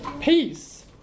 peace